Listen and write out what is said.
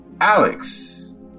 Alex